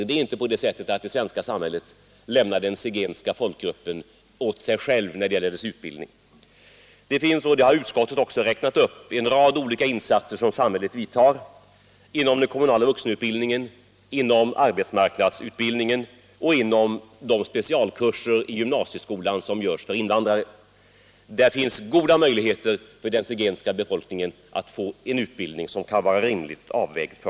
Det är inte på det sättet att det svenska samhället lämnar den zigenska folkgruppen åt sig själv när det gäller dess utbildning. Samhället gör en rad olika insatser — dem har utskottet också räknat upp - inom den kommunala vuxenutbildningen, inom arbetsmarknadsutbildningen och inom specialkurserna för invandrare i gymnasieskolan. Där finns goda möjligheter för den zigenska befolkningen att få utbildning.